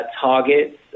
targets